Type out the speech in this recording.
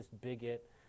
bigot